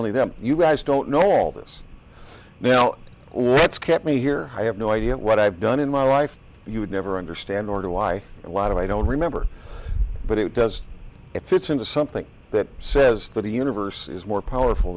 only then you guys don't know all this now what's kept me here i have no idea what i've done in my life you would never understand order why a lot of i don't remember but it does it fits into something that says that a universe is more powerful